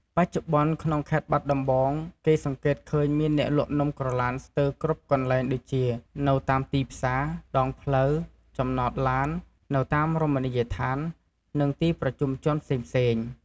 បច្ចុប្បន្នក្នុងខេត្តបាត់ដំបង គេសង្កេតឃើញមានអ្នកលក់នំក្រឡានស្ទើរគ្រប់កន្លែងដូចជា នៅតាមទីផ្សារ ដងផ្លូវ ចំណតឡាន នៅតាមរមណីយដ្ឋាន និងទីប្រជុំជនផ្សេងៗ។